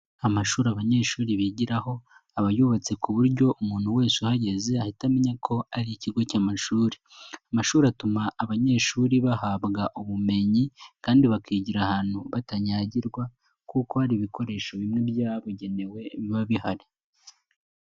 Amashuri abanyeshuri bigiraho, aba yubatse ku buryo umuntu wese uhageze ahita amenya ko ari ikigo cy'amashuri, amashuri atuma abanyeshuri bahabwa ubumenyi kandi bakigira ahantu batanyagirwa kuko hari ibikoresho bimwe byabugenewe biba bihari.